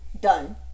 done